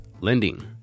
lending